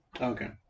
Okay